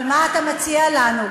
אבל מה אתה מציע לנו?